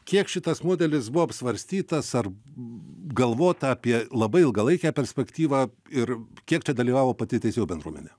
kiek šitas modelis buvo apsvarstytas ar galvota apie labai ilgalaikę perspektyvą ir kiek čia dalyvavo pati teisėjų bendruomenė